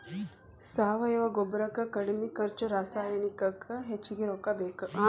ಸಾವಯುವ ಗೊಬ್ಬರಕ್ಕ ಕಡಮಿ ಖರ್ಚು ರಸಾಯನಿಕಕ್ಕ ಹೆಚಗಿ ರೊಕ್ಕಾ ಬೇಕ